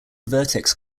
vertex